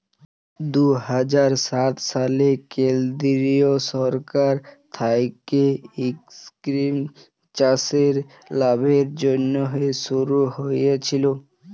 দু হাজার সাত সালে কেলদিরিয় সরকার থ্যাইকে ইস্কিমট চাষের লাভের জ্যনহে শুরু হইয়েছিল